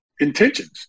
intentions